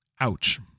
Ouch